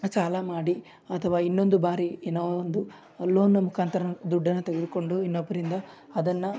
ಸಾಲ ಮಾಡಿ ಅಥವಾ ಇನ್ನೊಂದು ಬಾರಿ ಏನೋ ಒಂದು ಲೋನ್ನ ಮುಖಾಂತರ ದುಡ್ಡನ್ನು ತೆಗೆದುಕೊಂಡು ಇನ್ನೊಬ್ಬರಿಂದ ಅದನ್ನು